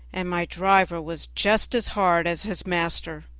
and my driver was just as hard as his master.